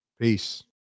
Peace